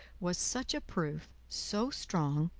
was such a proof, so strong,